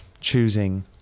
choosing